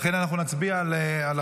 לכן אנחנו נצביע על החוק.